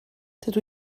dydw